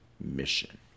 mission